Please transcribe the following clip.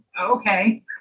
okay